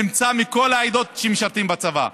נמצא שמכל העדות משרתים בצבא.